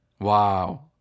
Wow